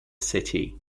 city